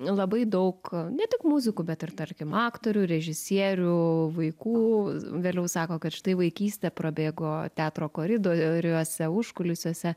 labai daug ne tik muzikų bet ir tarkim aktorių režisierių vaikų vėliau sako kad štai vaikystė prabėgo teatro koridoriuose užkulisiuose